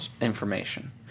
information